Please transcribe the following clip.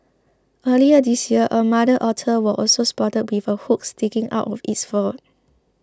earlier this year a mother otter was also spotted with a hook sticking out of its fur